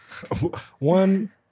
One